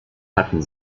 hatten